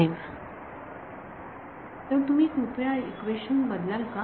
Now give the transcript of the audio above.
विद्यार्थी तर तुम्ही कृपया इक्वेशन बदलाल का